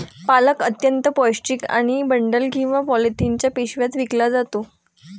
पालक अत्यंत पौष्टिक आहे आणि बंडल किंवा पॉलिथिनच्या पिशव्यात विकला जातो